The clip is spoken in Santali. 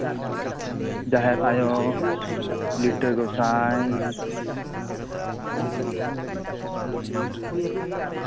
ᱡᱟᱦᱮᱨ ᱟᱭᱳ ᱞᱤᱴᱟᱹ ᱜᱚᱸᱥᱟᱭ